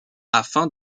afin